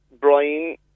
Brian